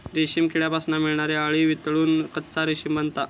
रेशीम किड्यांपासून मिळणारी अळी वितळून कच्चा रेशीम बनता